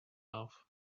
off